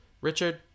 Richard